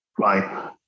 right